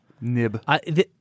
Nib